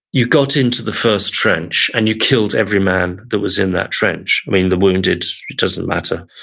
you got into the first trench and you killed every man there was in that trench. i mean, the wounded, it doesn't matter.